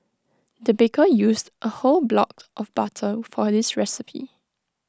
the baker used A whole block of butter for this recipe